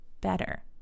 better